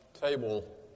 table